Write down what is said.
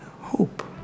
hope